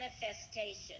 manifestation